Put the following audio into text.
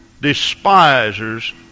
despisers